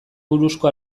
buruzko